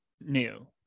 new